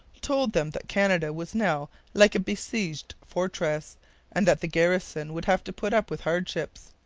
told them that canada was now like a besieged fortress and that the garrison would have to put up with hardships.